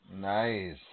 Nice